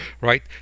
right